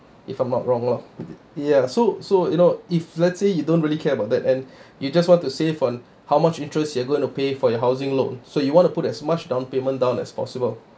if I'm not wrong lah ya so so you know if let's say you don't really care about that and you just want to save on how much interest you are going to pay for your housing loan so you want to put as much down payment down as possible